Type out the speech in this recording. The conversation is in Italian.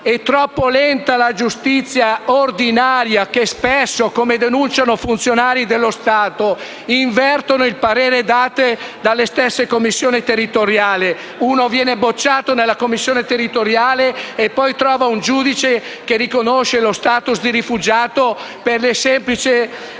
e troppo lenta è la giustizia ordinaria che spesso, come denunciano funzionari dello Stato, invertono il parere dato dalle commissioni territoriali. Dopo la bocciatura da parte della commissione territoriale, si trova un giudice che riconosce lo *status* di rifugiato per semplici